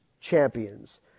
champions